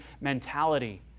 mentality